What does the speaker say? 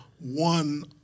One